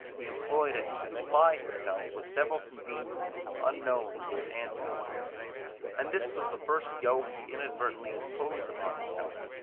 he employed it to supply himself with several conveniences unknown to his ancestors and this was the first yoke he inadvertently imposed upon himself,